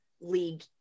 league